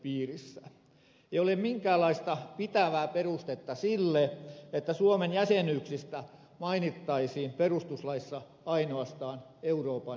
ei ole minkäänlaista pitävää perustetta sille että suomen jäsenyyksistä mainittaisiin perustuslaissa ainoastaan euroopan unioni